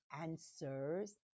answers